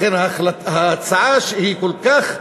לכן ההצעה היא כל כך אנושית,